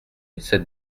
cette